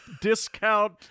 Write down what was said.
discount